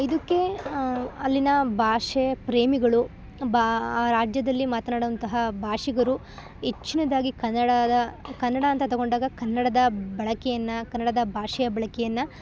ಇದಕ್ಕೆ ಅಲ್ಲಿನ ಭಾಷೆ ಪ್ರೇಮಿಗಳು ಬಾ ಆ ರಾಜ್ಯದಲ್ಲಿ ಮಾತನಾಡುವಂತಹ ಭಾಷಿಗರು ಹೆಚ್ಚಿನದ್ದಾಗಿ ಕನ್ನಡದ ಕನ್ನಡ ಅಂತ ತಗೊಂಡಾಗ ಕನ್ನಡದ ಬಳಕೆಯನ್ನು ಕನ್ನಡದ ಭಾಷೆಯ ಬಳಕೆಯನ್ನು